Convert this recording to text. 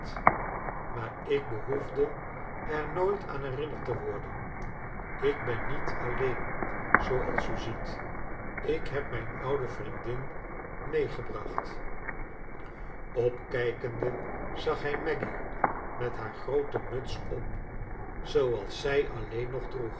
maar ik behoefde er nooit aan herinnerd te worden ik ben niet alleen zooals u ziet ik heb mijn oude vriendin meegebracht opkijkende zag hij maggy met haar roote muts op zooals zij alleen nog